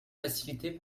facilités